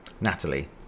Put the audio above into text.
Natalie